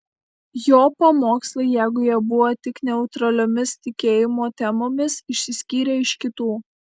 jo pamokslai jeigu jie buvo tik neutraliomis tikėjimo temomis išsiskyrė iš kitų